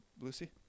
Lucy